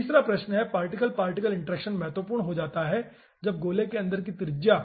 तीसरा प्रश्न particle particle interaction महत्वपूर्ण हो जाता है जब गोले के अंदर की त्रिज्या